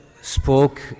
spoke